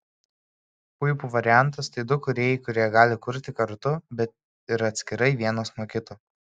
puipų variantas tai du kūrėjai kurie gali kurti kartu bet ir atskirai vienas nuo kito